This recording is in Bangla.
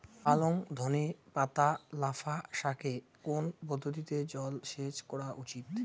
পালং ধনে পাতা লাফা শাকে কোন পদ্ধতিতে জল সেচ করা উচিৎ?